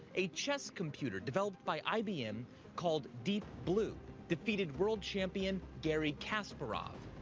a chess computer developed by ibm called deep blue defeated world champion garry kasparov.